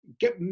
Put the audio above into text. get